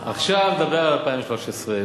עכשיו נדבר על 2013,